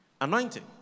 Anointing